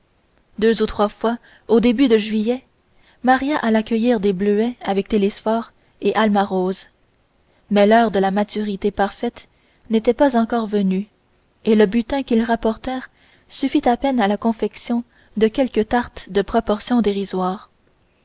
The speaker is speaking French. deux ou trois fois au début de juillet maria alla cueillir des bleuets avec télesphore et alma rose mais l'heure de la maturité parfaite n'était pas encore venue et le butin qu'ils rapportèrent suffit à peine à la confection de quelques tartes de proportions dérisoires